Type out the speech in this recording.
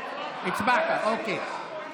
הצבעת, אוקיי.